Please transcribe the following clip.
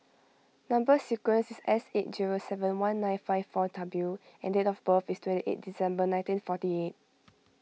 Number Sequence is S eight zero seven one nine five four W and date of birth is twenty eight December nineteen forty eight